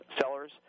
sellers